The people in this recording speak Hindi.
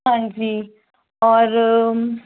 हाँ जी और